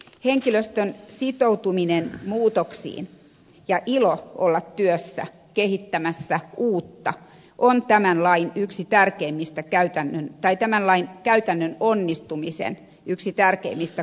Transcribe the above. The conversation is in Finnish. henkilöstön sitoutuminen muutoksiin ja ilo olla työssä kehittämässä uutta on tänään vain yksi tärkeimmistä käytännön tai tämän lain käytännön onnistumisen yksi tärkeimmistä kulmakivistä